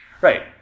Right